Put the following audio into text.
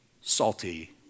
salty